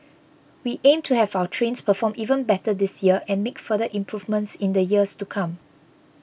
we aim to have our trains perform even better this year and make further improvements in the years to come